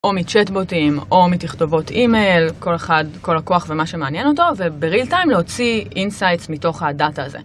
או מצ'טבוטים, או מתכתובות אימייל, כל אחד, כל לקוח ומה שמעניין אותו, וב-real time להוציא insights מתוך הדאטה הזה.